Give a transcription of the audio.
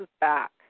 back